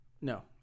no